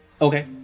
Okay